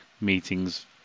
meetings